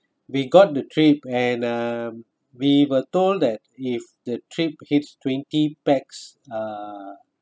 we got the trip and um we were told that if the trip hits twenty pax uh